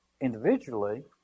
individually